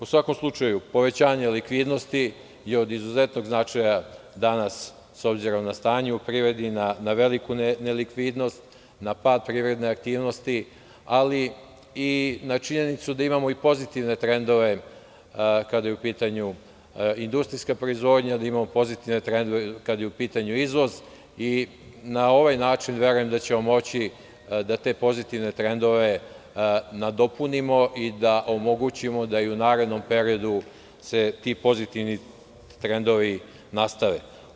U svakom slučaju, povećanje likvidnosti je od izuzetnog značaja danas, s obzirom na stanje u privredi, na veliku nelikvidnost, na pad privredne aktivnosti, ali i na činjenicu da imamo i pozitivne trendove, kada je u pitanju industrijska proizvodnja, da imamo pozitivne trendove kada je u pitanju izvoz, i na ovaj način, verujem da ćemo moći da te pozitivne trendove nadopunimo i da omogućimo da i u narednom periodu se ti pozitivni trendovi nastave.